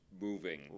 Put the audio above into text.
moving